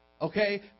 okay